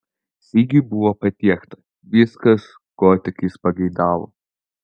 sigiui buvo patiekta viskas ko tik jis pageidavo